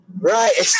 Right